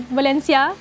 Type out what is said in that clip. Valencia